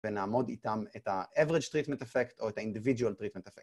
ונאמוד איתם את ה-Average Treatment Effect או את ה-Individual Treatment Effect